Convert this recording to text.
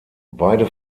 beide